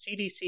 CDC